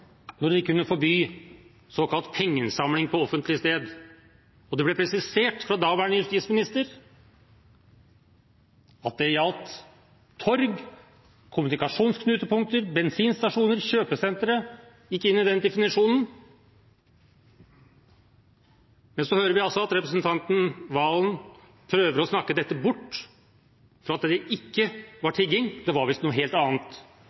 når de kunne forby såkalt pengeinnsamling på offentlig sted. Og det ble presisert av daværende justisminister at torg, kommunikasjonsknutepunkter, bensinstasjoner og kjøpesentre inngikk i den definisjonen. Så hører vi altså at representanten Serigstad Valen prøver å snakke dette bort, at det ikke var tigging – det var visst noe helt annet.